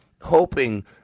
hoping